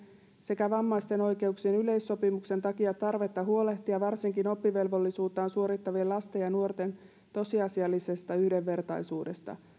sekä vammaisten oikeuksien yleissopimuksen takia tarvetta huolehtia varsinkin oppivelvollisuuttaan suorittavien lasten ja nuorten tosiasiallisesta yhdenvertaisuudesta